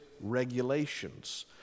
regulations